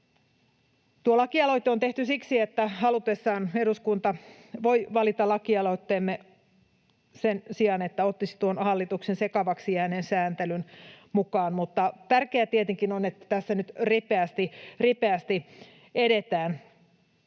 Tuo lakialoite on tehty siksi, että halutessaan eduskunta voi valita lakialoitteemme sen sijaan, että ottaisi tuon hallituksen sekavaksi jääneen sääntelyn mukaan, mutta tärkeää tietenkin on, että tässä nyt ripeästi, ripeästi